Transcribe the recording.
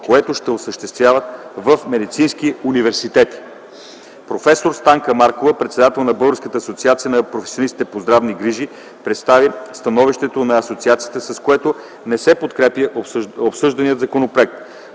което ще се осъществява в медицински университети. Професор Станка Маркова – председател на Българската асоциация на професионалистите по здравни грижи, представи становището на асоциацията, с което не се подкрепя обсъжданият законопроект.